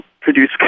produce